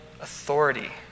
authority